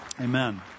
Amen